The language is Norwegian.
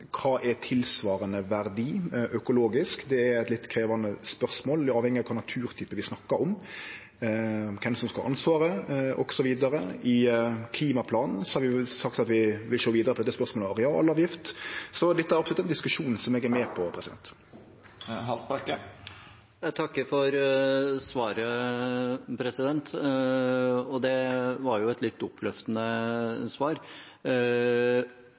kva som er tilsvarande verdi økologisk. Det er eit litt krevjande spørsmål. Det avheng av kva naturtype vi snakkar om, kven som skal ha ansvaret, osv. I klimaplanen har vi sagt at vi vil sjå vidare på spørsmålet om arealavgift, så dette er absolutt ein diskusjon som eg er med på. Jeg takker for svaret. Det var et litt oppløftende svar.